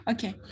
Okay